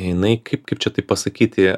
jinai kaip kaip čia taip pasakyti